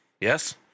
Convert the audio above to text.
Yes